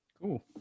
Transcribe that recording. cool